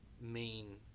main